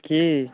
की